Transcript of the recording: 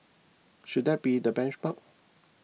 should that be the benchmark